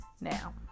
now